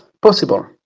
possible